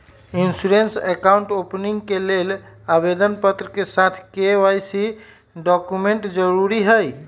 insurance account opening के लेल आवेदन पत्र के साथ के.वाई.सी डॉक्यूमेंट जरुरी हइ